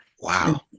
Wow